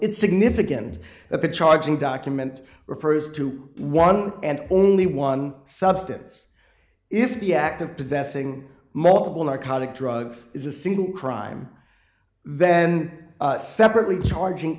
it's significant that the charging document refers to one and only one substance if the act of possessing multiple narcotic drugs is a single crime then separately charging